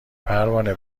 پروانه